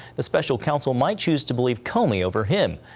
the special counsel might choose to believe comey over him.